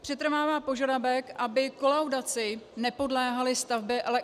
Přetrvává požadavek, aby kolaudaci nepodléhaly stavby, ale...